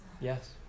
Yes